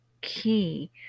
key